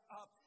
up